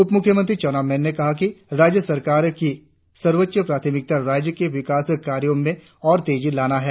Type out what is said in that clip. उपमुख्यमंत्री चाउना मेन ने कहा है कि राज्य सरकार की सर्वोच्च प्राथमिकता राज्य के विकास कार्यों में और तेजी लाना है